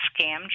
scam